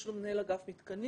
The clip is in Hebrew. יש לנו מנהל אגף מתקנים,